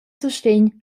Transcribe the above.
sustegn